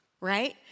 right